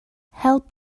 help